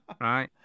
right